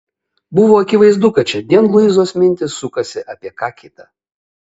buvo akivaizdu kad šiandien luizos mintys sukasi apie ką kita